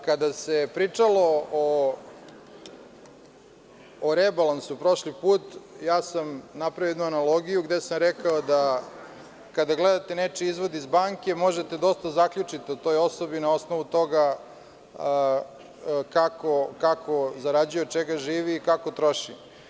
Kada se pričalo o rebalansu prošli put, napravio sam jednu analogiju, gde sam rekao da kada gledate nečiji izvod iz banke možete dosta da zaključite o toj osobi na osnovu toga kako zarađuje, od čega živi, kako troši.